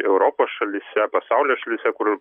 europos šalyse pasaulio šalyse kur